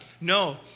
No